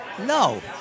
No